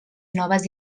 noves